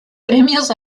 premios